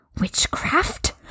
witchcraft